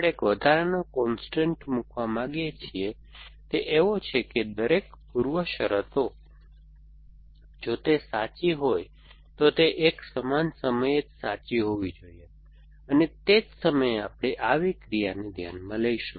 આપણે એક વધારાનો કોન્સ્ટન્ટ મૂકવા માંગીએ છીએ કે તે એવો છે કે દરેક પૂર્વશરતો જો તે સાચી હોય તો તે એક સમાન સમયે જ સાચી હોવી જોઈએ અને તે જ સમયે આપણે આવી ક્રિયાને ધ્યાનમાં લઈશું